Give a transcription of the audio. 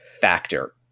factor